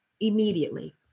immediately